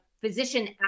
physician